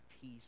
peace